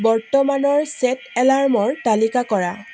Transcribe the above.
বৰ্তমানৰ ছেট এলাৰ্মৰ তালিকা কৰা